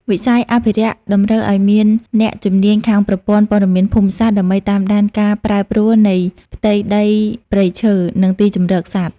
វិស័យអភិរក្សតម្រូវឱ្យមានអ្នកជំនាញខាងប្រព័ន្ធព័ត៌មានភូមិសាស្ត្រ ដើម្បីតាមដានការប្រែប្រួលនៃផ្ទៃដីព្រៃឈើ និងទីជម្រកសត្វ។